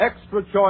extra-choice